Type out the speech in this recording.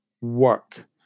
work